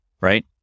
right